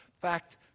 fact